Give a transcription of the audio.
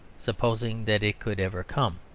supposing that it could ever come.